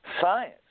Science